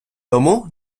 тому